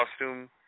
costume